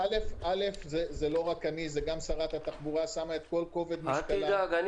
זה לא רק אני, גם שרת התחבורה שמה כל כובד משקלה.